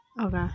Okay